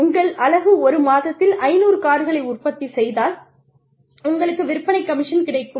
உங்கள் அலகு ஒரு மாதத்தில் 500 கார்களை உற்பத்தி செய்தால் உங்களுக்கு விற்பனை கமிஷன் கிடைக்கும்